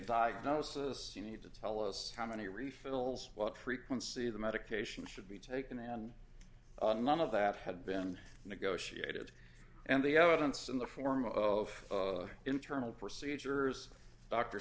diagnosis you need to tell us how many refills what frequency the medication should be taken and none of that had been negotiated and the evidence in the form of internal procedures d